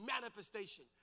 manifestation